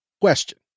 Question